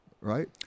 right